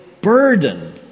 burden